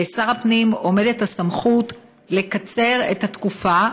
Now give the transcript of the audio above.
לשר הפנים עומדת הסמכות לקצר את התקופה,